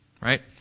right